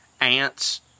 ants